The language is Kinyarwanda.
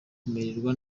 kumererwa